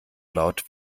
laut